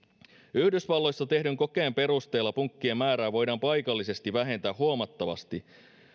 yhdysvalloissa tehdyn kokeen perusteella punkkien määrää voidaan paikallisesti vähentää huomattavasti